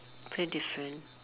pretty different